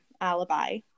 alibi